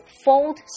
fold